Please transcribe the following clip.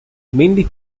mainly